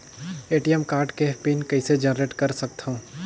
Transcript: ATM card के PIN कइसे generate कर सकथव?